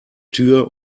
tür